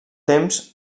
temps